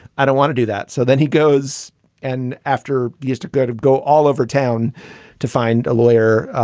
i don't want to do that. so then he goes and after used to go to go all over town to find a lawyer,